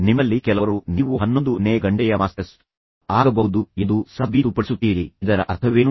ನಿಮ್ಮಲ್ಲಿ ಕೆಲವರು ನೀವು 11 ನೇ ಗಂಟೆಯ ಮಾಸ್ಟರ್ಸ್ ಆಗಬಹುದು ಎಂದು ಸಾಬೀತುಪಡಿಸುತ್ತೀರಿ ಇದರ ಅರ್ಥವೇನು